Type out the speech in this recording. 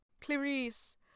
Clarice